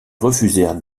refusèrent